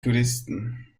touristen